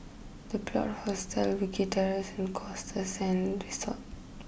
the Plot Hostels Wilkie Terrace and Costa Sands Resort